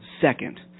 second